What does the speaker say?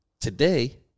Today